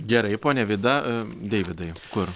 gerai ponia vida deividai kur